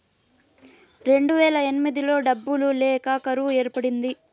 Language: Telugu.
రెండువేల ఎనిమిదిలో డబ్బులు లేక కరువు ఏర్పడింది